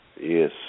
Yes